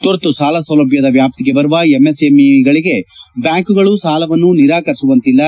ತುರ್ತು ಸಾಲ ಸೌಲಭ್ಯದ ವ್ಯಾಪ್ತಿಗೆ ಬರುವ ಎಂಎಸ್ಎಂಇಗಳಿಗೆ ಬ್ಯಾಂಕುಗಳು ಸಾಲವನ್ನು ನಿರಾಕರಿಸುವಂತಿಲ್ಲ